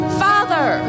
father